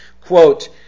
Quote